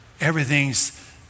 Everything's